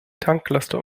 tanklaster